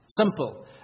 Simple